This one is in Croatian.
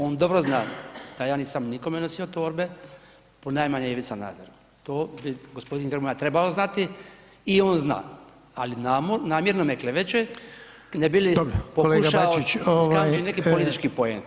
On dobro zna da ja nisam nikome nosio torbe, ponajmanje Ivi Sanaderu, to bi gospodin Grmoja trebao znati i on zna, ali namjerno me kleveće ne bi li pokušao [[Upadica: Dobro kolega Bačić, ovaj…]] iskamčiti neki politički poen.